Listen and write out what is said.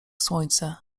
słońce